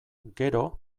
gero